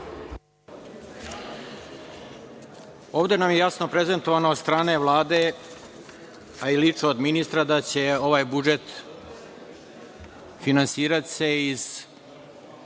Ovde nam je jasno prezentovano od strane Vlade, a i lica od ministra da će ovaj budžet finansirati se iz